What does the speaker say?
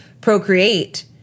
procreate